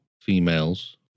females